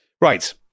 Right